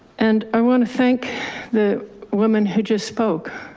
and i wanna thank the woman who just spoke,